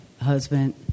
husband